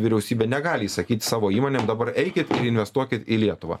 vyriausybė negali įsakyti savo įmonė dabar eikit investuokit į lietuvą